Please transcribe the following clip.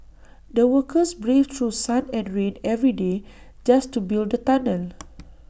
the workers braved through sun and rain every day just to build the tunnel